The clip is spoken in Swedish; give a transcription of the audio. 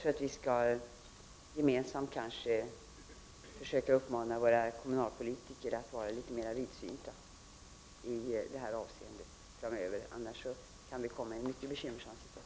Vi skall kanske gemensamt försöka uppmana våra kommunalpolitiker att vara litet mer vidsynta framöver i detta avseende. Vi kan annars komma i en mycket bekymmersam situation.